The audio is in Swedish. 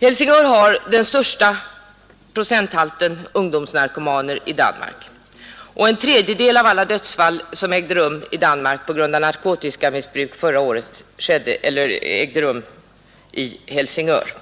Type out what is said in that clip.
Helsingör har den största procentsatsen ungdomsnarkomaner i Danmark, och en tredjedel av alla dödsfall på grund av narkotikamissbruk i Danmark förra året ägde rum i Helsingör.